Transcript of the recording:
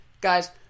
Guys